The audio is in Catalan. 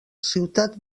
ciutat